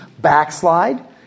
backslide